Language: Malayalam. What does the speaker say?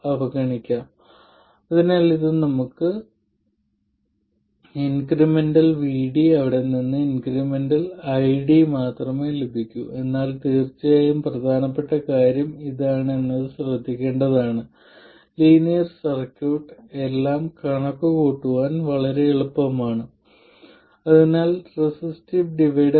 അവസാനമായി y22 എന്നത് ഓപ്പറേറ്റിംഗ് പോയിന്റിൽ V2 നെ സംബന്ധിച്ച് f2 ന്റെ ഭാഗിക ഡെറിവേറ്റീവ് ആണ്